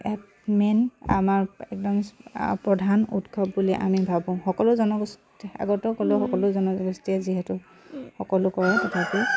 main আমাৰ একদম প্ৰধান উৎসৱ বুলি আমি ভাবোঁ সকলো জনগোষ্ঠী আগতেও ক'লোঁ সকলো জনগোষ্ঠীয়ে যিহেতু সকলো কৰে তথাপিও